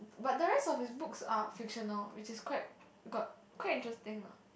but the rest of his books are fictional which is quite got quite interesting lah